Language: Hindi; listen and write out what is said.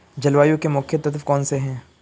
जलवायु के मुख्य तत्व कौनसे हैं?